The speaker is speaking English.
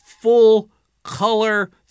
full-color